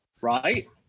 right